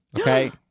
Okay